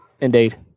Indeed